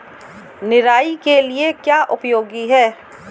निराई के लिए क्या उपयोगी है?